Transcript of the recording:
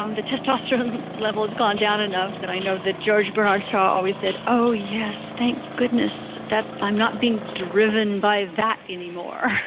um the testosterone levels gone down enough, that i know that george bernard shaw always said, oh yes, thank goodness, that i'm not being driven by that anymore.